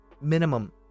Minimum